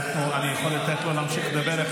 אני יכול לתת לו להמשיך לדבר?